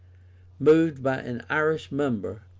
moved by an irish member,